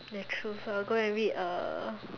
the truth I'll go and read a a